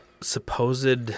supposed